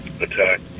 attack